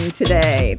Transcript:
today